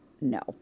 no